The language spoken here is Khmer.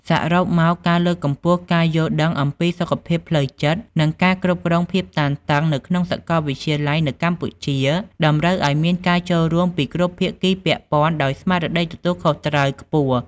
សរុបមក ការលើកកម្ពស់ការយល់ដឹងអំពីសុខភាពផ្លូវចិត្ត និងការគ្រប់គ្រងភាពតានតឹងនៅក្នុងសាកលវិទ្យាល័យនៅកម្ពុជាតម្រូវឱ្យមានការចូលរួមពីគ្រប់ភាគីពាក់ព័ន្ធដោយស្មារតីទទួលខុសត្រូវខ្ពស់។